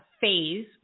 phase